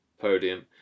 podium